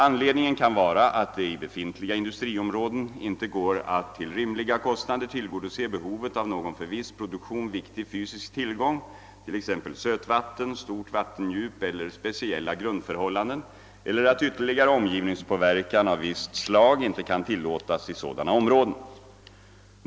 Anledningen kan vara att det i befintliga industriområden inte går att till rimliga kostnader tillgodose behovet av någon för viss produktion viktig fysisk tillgång, t.ex. sötvatten, stort vattendjup eller speciella grundförhållanden eller att ytterligare omgivningspåverkan av visst slag inte kan tillåtas i sådana områden.